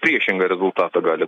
priešingą rezultatą gali